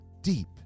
deep